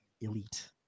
elite